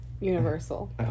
Universal